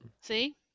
See